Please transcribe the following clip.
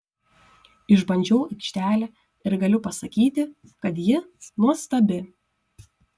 išbandžiau aikštelę ir galiu pasakyti kad ji nuostabi